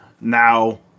Now